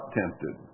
tempted